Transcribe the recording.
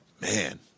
Man